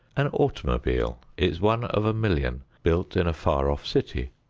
an automobile is one of a million built in a far off city.